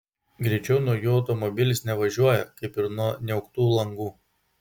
greičiau nuo jų automobilis nevažiuoja kaip ir nuo niauktų langų